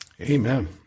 Amen